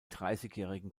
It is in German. dreißigjährigen